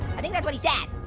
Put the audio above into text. i think that's what he said.